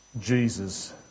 Jesus